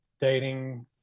dating